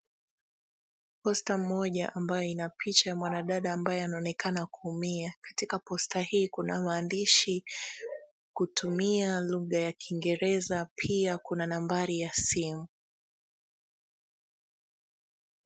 Posta moja ambayo ina picha ya mwanadada ambaye anaonekana kuumia. Katika posta hii kuna maandishi kutumia lugha ya Kingereza pia kuna nambari ya simu.